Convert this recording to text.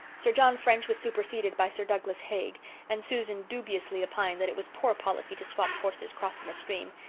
sir john french was superseded by sir douglas haig and susan dubiously opined that it was poor policy to swap horses crossing a stream,